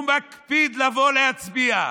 הוא מקפיד לבוא להצביע.